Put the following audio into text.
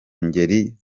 ngeri